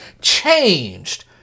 changed